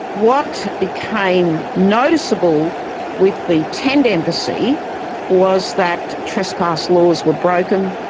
what became noticeable with the tent embassy was that trespass laws were broken,